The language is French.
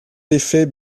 défait